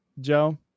Joe